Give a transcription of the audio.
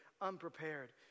unprepared